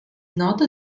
not